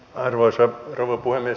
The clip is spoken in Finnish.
arvoisa rouva puhemies